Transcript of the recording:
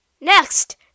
next